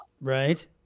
Right